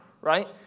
right